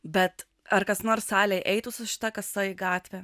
bet ar kas nors salėj eitų su šita kasa į gatvę